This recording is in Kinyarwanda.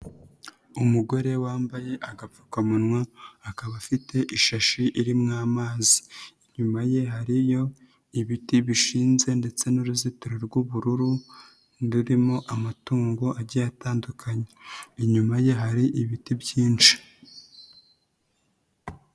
Umugore wambaye agapfukamunwa akaba afite ishashi irimo amazi, inyuma ye hariyo ibiti bishinze ndetse n'uruzitiro rw'ubururu rurimo amatungo agiye atandukanye, inyuma ye hari ibiti byinshi.